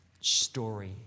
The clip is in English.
story